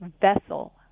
vessel